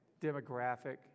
demographic